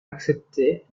acceptée